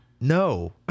no